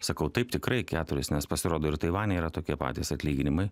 sakau taip tikrai keturis nes pasirodo ir taivane yra tokie patys atlyginimai